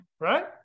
right